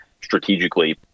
strategically